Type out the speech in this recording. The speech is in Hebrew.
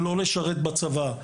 לא לשרת בצבא?